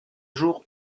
jour